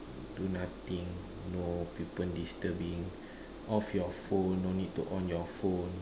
do nothing no people disturbing off your phone no need to on your phone